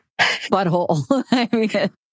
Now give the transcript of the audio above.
butthole